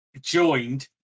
joined